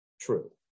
true